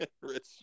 Rich